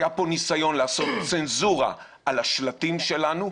היה פה ניסיון לעשות צנזורה על השלטים שלנו,